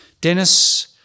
Dennis